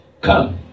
come